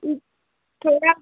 थोड़ा